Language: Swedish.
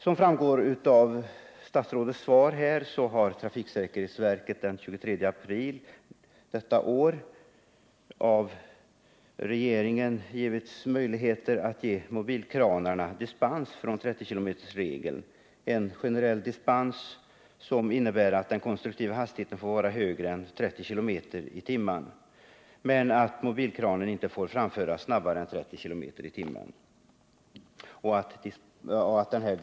Som framgår av statsrådets svar har trafiksäkerhetsverket den 23 april detta år bemyndigats av regeringen att ge dispens från 30-kilometersregeln för mobilkranarna. Det är fråga om en generell dispens, som innebär att den konstruktiva hastigheten får vara högre än 30 km/tim. men att mobilkranen inte får framföras med en hastighet som överstiger denna.